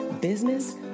business